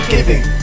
Giving